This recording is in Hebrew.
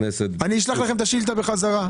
אשלח לכם את השאילתא בחזרה.